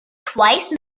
twice